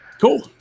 cool